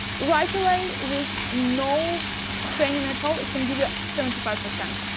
right away with no training at all, it can give you seventy five percent.